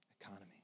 economy